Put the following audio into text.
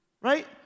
Right